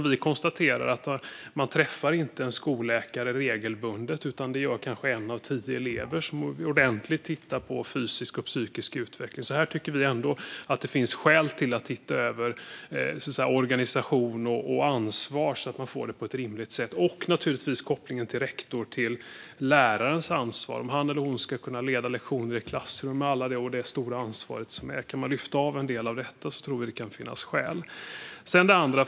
Vi konstaterar att man inte regelbundet träffar en skolläkare, som tittar ordentligt på fysisk och psykisk utveckling. Det gör kanske en av tio elever. Vi tycker ändå att det finns skäl att titta över organisation och ansvar, så att det blir rimligt. Det gäller även kopplingen till rektors och lärares ansvar. Han eller hon ska kunna leda lektioner i klassrummet, med det stora ansvar som det innebär. Om man kan lyfta av en del av detta tror vi att det kan finnas skäl att göra det. Fru talman!